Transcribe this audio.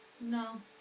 No